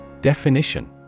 Definition